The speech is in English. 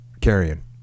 carrying